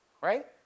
Right